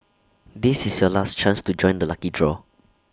this is your last chance to join the lucky draw